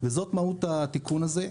וזאת מהות התיקון הזה.